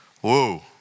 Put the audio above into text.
Whoa